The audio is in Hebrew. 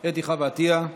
אתי חוה עטייה.